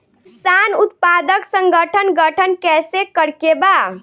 किसान उत्पादक संगठन गठन कैसे करके बा?